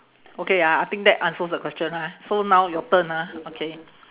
okay ah I think that answers the question ah so now your turn ah okay